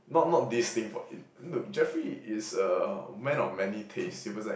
not not this thing for In~ look Jeffrey is a man of many taste he was like